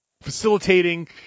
facilitating